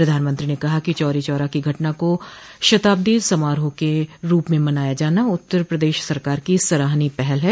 प्रधानमंत्री ने कहा कि चौरी चौरा की घटना को शताब्दी समारोह के रूप में मनाया जाना उत्तर प्रदेश सरकार की सराहनीय पहल है